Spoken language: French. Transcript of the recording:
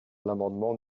l’amendement